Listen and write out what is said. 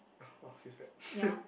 oh !wah! feels bad